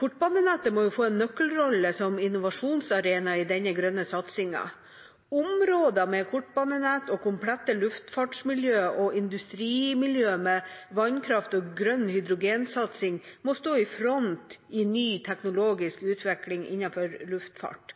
Kortbanenettet må få en nøkkelrolle som innovasjonsarena i denne grønne satsingen. Områder med kortbanenett og komplette luftfartsmiljø og industrimiljø med vannkraft og grønn hydrogensatsing må stå i front i en ny teknologisk utvikling innenfor luftfart.